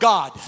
God